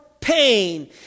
pain